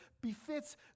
befits